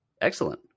excellent